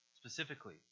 specifically